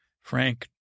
Frank